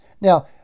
Now